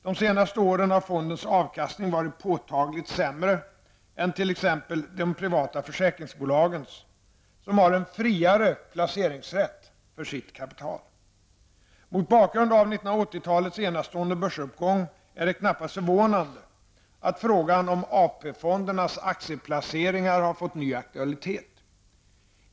De senaste åren har fondens avkastning varit påtagligt sämre än t.ex. de privata försäkringsbolagens, som har en friare placeringsrätt för sitt kapital. Mot bakgrund av 1980-talets enastående börsuppgång är det knappast förvånande att frågan om AP-fondens aktieplaceringar har fått ny akutalitet.